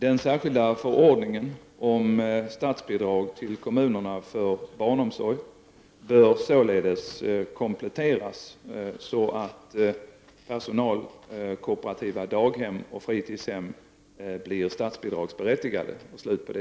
Den särskilda förordningen om statsbidrag till kommunerna för barnomsorg bör således kompletteras så att personalkooperativa daghem och fritidshem blir statsbidragsberättigade.”